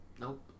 Nope